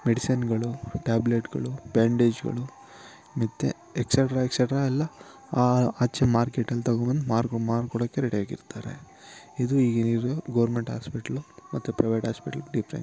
ಮೆಡಿಸಿನ್ನುಗಳು ಟ್ಯಾಬ್ಲೆಟ್ಟುಗಳು ಬ್ಯಾಂಡೇಜುಗಳು ಮತ್ತೆ ಎಕ್ಸೆಟ್ರಾ ಎಕ್ಸೆಟ್ರಾ ಎಲ್ಲ ಆಚೆ ಮಾರ್ಕೆಟಲ್ಲಿ ತಗೊಬಂದು ಮಾರ್ಕೊ ಮಾರಿ ಕೊಡೋಕೆ ರೆಡಿಯಾಗಿ ಇರ್ತಾರೆ ಇದು ಈಗ ಇಲ್ಲಿರೋ ಗೋರ್ಮೆಂಟ್ ಆಸ್ಪೆಟ್ಲು ಮತ್ತು ಪ್ರೈವೇಟ್ ಆಸ್ಪೆಟ್ಲ್ ಡಿಫ್ರೆನ್ಸು